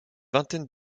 vingtaine